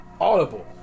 Audible